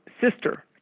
sister